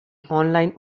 online